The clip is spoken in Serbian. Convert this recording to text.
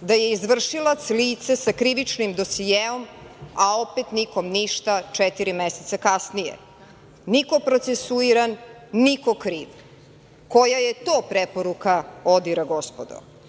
da je izvršilac lice sa krivičnim dosijeom, a opet nikom ništa četiri meseca kasnije? Niko procesuiran, niko kriv. Koja je to preporuka ODIHR-a, gospodo? Kako